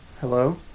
Hello